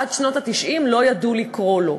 עד שנות ה-90 לא ידעו לקרוא לו.